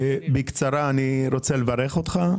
בקצרה, אני רוצה לברך אותך.